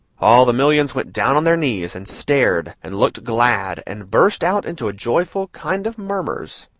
all the millions went down on their knees, and stared, and looked glad, and burst out into a joyful kind of murmurs.